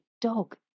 dog